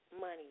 money